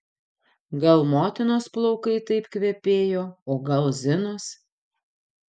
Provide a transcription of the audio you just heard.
gal motinos plaukai taip kvepėjo o gal zinos